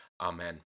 Amen